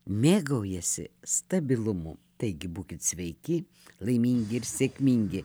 mėgaujasi stabilumu taigi būkit sveiki laimingi ir sėkmingi